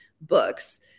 books